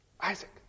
Isaac